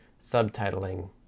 subtitling